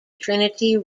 trinity